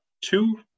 two